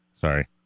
sorry